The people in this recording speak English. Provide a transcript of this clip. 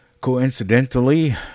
coincidentally